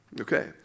okay